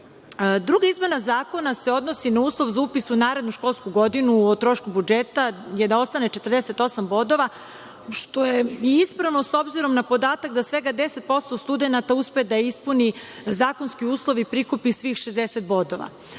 vrati. Druga izmena Zakona se odnosi na uslov za upis u narednu školsku godinu o trošku budžeta, da ostane 48 bodova, što je i ispravno, s obzirom na podatak da svega 10% studenata uspe da ispuni zakonski uslov i prikupi svih 60